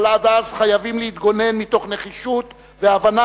אבל עד אז חייבים להתגונן מתוך נחישות והבנה